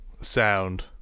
sound